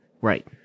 Right